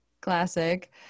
Classic